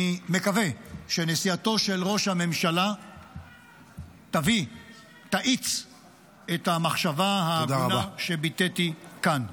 אני מקווה שנסיעתו של ראש הממשלה תאיץ את המחשבה ההגונה שביטאתי כאן.